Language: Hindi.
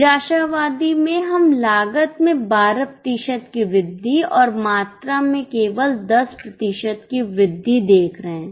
निराशावादी मेंहम लागत में 12 प्रतिशत की वृद्धि और मात्रा में केवल 10 प्रतिशत की वृद्धि देख रहे हैं